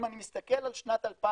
אם אני מסתכל על שנת 2021,